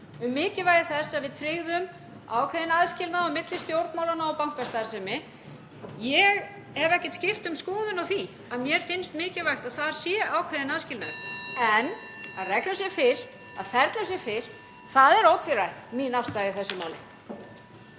um mikilvægi þess að við tryggðum ákveðinn aðskilnað á milli stjórnmálanna og bankastarfsemi. Ég hef ekkert skipt um skoðun á því að mér finnst mikilvægt að þar sé ákveðin aðskilnaður. (Forseti hringir.) En að reglum sé fylgt, að ferlum sé fylgt, það er ótvírætt mín afstaða í þessu máli.